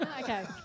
Okay